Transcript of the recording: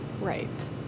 Right